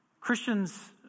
Christians